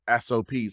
SOPs